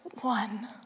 one